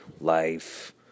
life